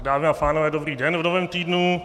Dámy a pánové, dobrý den v novém týdnu.